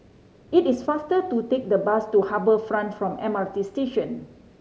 it is faster to take the bus to Harbour Front from M R T Station